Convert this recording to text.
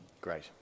Great